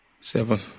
Seven